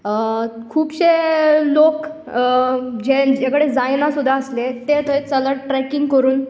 खुबशें लोक जेंचे कडेन जायना सुदा आसलें तें थंय चलत ट्रेकींग करून